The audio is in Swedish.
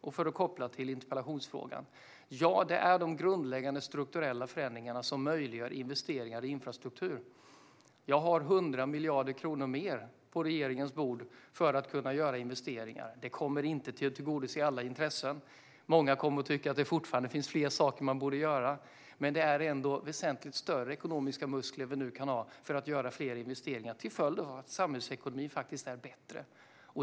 Om jag ska koppla till interpellationsfrågan: Ja, det är de grundläggande strukturella förändringarna som möjliggör investeringar i infrastruktur. Jag har 100 miljarder kronor mer på regeringens bord för att kunna göra investeringar. Det kommer inte att tillgodose alla intressen. Många kommer att tycka att det fortfarande finns fler saker som man borde göra. Men det är ändå väsentligt större ekonomiska muskler vi nu har för att göra fler investeringar på grund av att samhällsekonomin faktiskt är bättre.